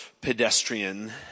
pedestrian